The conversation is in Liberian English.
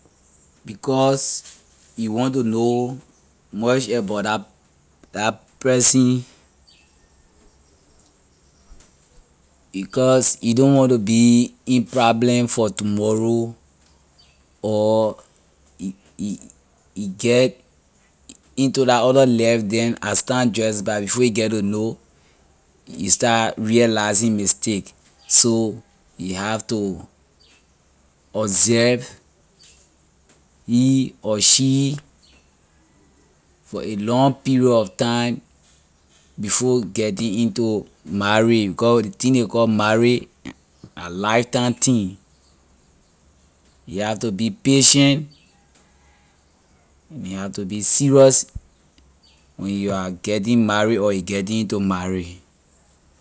Because you want to know much about la la person because you don’t want to be in problem for tomorrow get in to la other life then as time dress back before you get to know you start realizing mistake so you have to observe he or she for a long period of time before getting into marry because ley thing ley call marry la lifetime thing you have to be patient and you have to be serious when you are getting marry or you getting into mary.